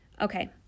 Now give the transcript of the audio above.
okay